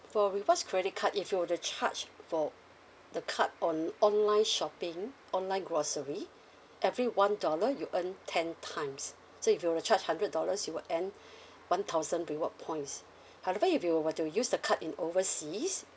for rewards credit card if you were to charge for the card on online shopping online grocery every one dollar you earn ten times so if you were to charge hundred dollars you will earn one thousand reward points however if you were to use the card in overseas